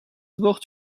wort